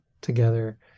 together